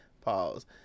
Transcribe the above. Pause